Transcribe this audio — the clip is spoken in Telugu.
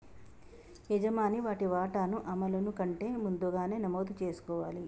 యజమాని వాటి వాటాను అమలును కంటే ముందుగానే నమోదు చేసుకోవాలి